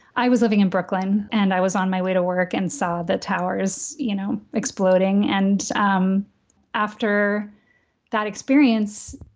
i was living in brooklyn and i was on my way to work and saw the towers you know exploding. and um after that experience,